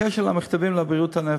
בקשר למכתבים על בריאות הנפש,